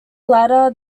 ladder